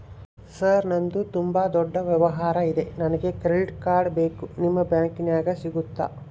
Sir ನಂದು ತುಂಬಾ ದೊಡ್ಡ ವ್ಯವಹಾರ ಇದೆ ನನಗೆ ಕ್ರೆಡಿಟ್ ಕಾರ್ಡ್ ಬೇಕು ನಿಮ್ಮ ಬ್ಯಾಂಕಿನ್ಯಾಗ ಸಿಗುತ್ತಾ?